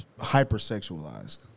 hypersexualized